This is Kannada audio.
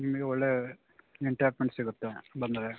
ನಿಮಗೆ ಒಳ್ಳೆಯ ಎಂಟೇಟ್ಮಂಟ್ ಸಿಗುತ್ತೆ ಬಂದರೆ